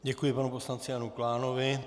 Děkuji panu poslanci Janu Klánovi.